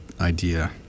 idea